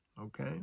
Okay